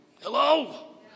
Hello